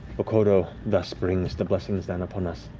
vokodo thus brings the blessing down upon us.